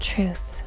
Truth